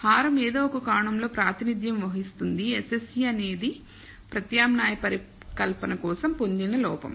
హారం ఏదో ఒక కోణంలో ప్రాతినిధ్యం వహిస్తుంది SSE అనేది ప్రత్యామ్నాయ పరికల్పన కోసం పొందిన లోపం